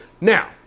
Now